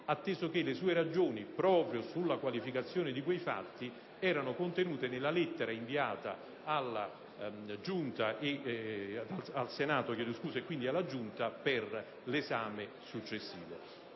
atteso che le sue ragioni, proprio sulla qualificazione di quei fatti, erano contenute nella lettera inviata al Senato e quindi alla Giunta per l'esame successivo.